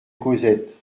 cosette